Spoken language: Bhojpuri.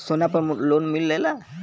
सोना पर लोन मिलेला?